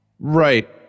Right